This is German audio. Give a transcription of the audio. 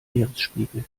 meeresspiegel